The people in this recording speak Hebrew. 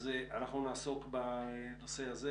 אז אנחנו נעסוק בנושא הזה.